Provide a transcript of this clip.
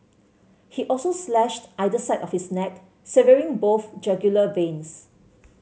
he also slashed either side of his neck severing both jugular veins